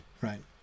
right